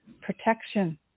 protection